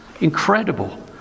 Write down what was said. incredible